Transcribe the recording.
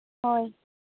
ᱦᱳᱭ